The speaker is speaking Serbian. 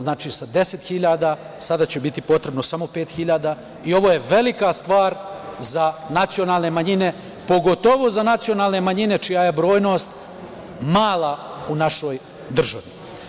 Znači, sa deset hiljada sada će biti potrebno samo pet hiljada i ovo je velika stvar za nacionalne manjine, pogotovo za nacionalne manjine čija je brojnost mala u našoj državi.